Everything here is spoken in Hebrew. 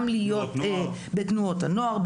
גם בתנועות הנוער,